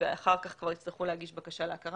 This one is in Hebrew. ואחר כך כבר יצטרכו להגיש בקשה להכרה